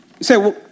say